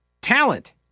talent